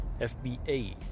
FBA